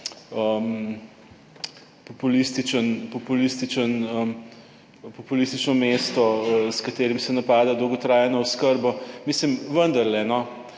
populistično mesto, s katerim se napada dolgotrajno oskrbo. Mislim vendarle no,